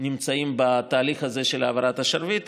נמצאים בתהליך הזה של העברת השרביט,